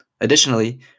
Additionally